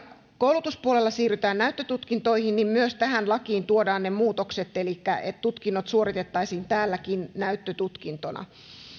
koulutuspuolella siirrytään näyttötutkintoihin niin myös tähän lakiin tuodaan ne muutokset elikkä tutkinnot suoritettaisiin täälläkin näyttötutkintona